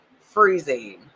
freezing